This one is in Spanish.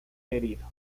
herido